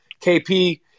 KP